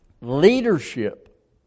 leadership